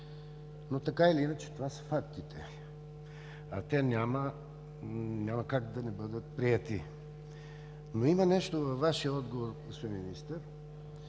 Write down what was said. Така или иначе това са фактите, а те няма как да не бъдат приети. Има нещо във Вашия отговор, господин Министър,